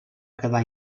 quedar